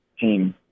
team